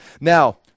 Now